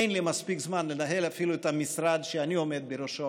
אין לי מספיק זמן לנהל אפילו את המשרד שאני עומד בראשו,